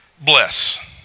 bless